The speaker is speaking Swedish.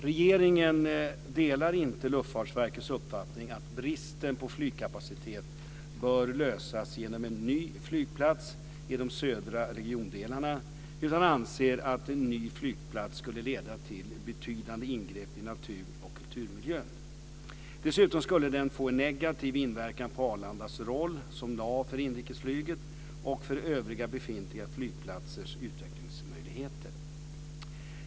Regeringen delar inte Luftfartsverkets uppfattning att bristen på flygplatskapacitet bör lösas genom en ny flygplats i de södra regiondelarna utan anser att en ny flygplats skulle leda till betydande ingrepp i naturoch kulturmiljön. Dessutom skulle den få en negativ inverkan på Arlandas roll som nav för inrikesflyget och för övriga befintliga flygplatsers utvecklingsmöjligheter.